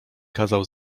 kazał